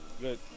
good